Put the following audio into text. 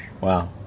Wow